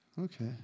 Okay